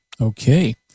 okay